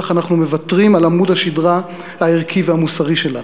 אנחנו מוותרים על עמוד השדרה הערכי והמוסרי שלנו,